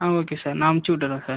ஆ okay sir நான் அமுச்சிவிட்டுறேன் sir